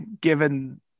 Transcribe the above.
given